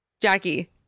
Jackie